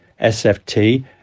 sft